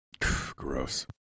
Gross